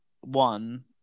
one